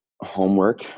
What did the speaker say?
homework